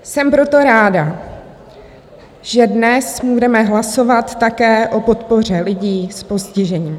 Jsem proto ráda, že dnes budeme hlasovat také o podpoře lidí s postižením.